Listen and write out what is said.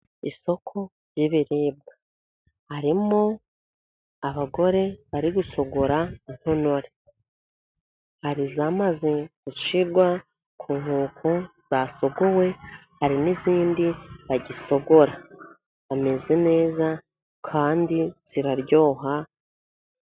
Isoko ry'ibiribwa harimo abagore bari gusogora intonore, hari izamaze gushirwa ku nkoko zasogowe, hari n'izindi bagisogora, zimeze neza kandi ziraryoha.